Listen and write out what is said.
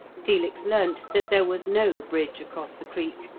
felix learnt that there was no bridge across the creek,